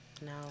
No